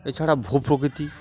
এছাড়া ভূপ্রকৃতি